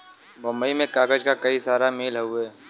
बम्बई में कागज क कई सारा मिल हउवे